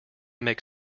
make